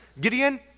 Gideon